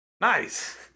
nice